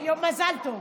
כי יש יום הולדת ליריב.